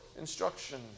instruction